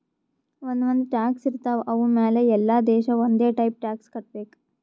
ಒಂದ್ ಒಂದ್ ಟ್ಯಾಕ್ಸ್ ಇರ್ತಾವ್ ಅವು ಮ್ಯಾಲ ಎಲ್ಲಾ ದೇಶ ಒಂದೆ ಟೈಪ್ ಟ್ಯಾಕ್ಸ್ ಕಟ್ಟಬೇಕ್